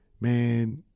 man